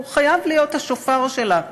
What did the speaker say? הוא חייב להיות השופר שלה,